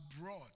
abroad